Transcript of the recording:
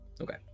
Okay